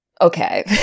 okay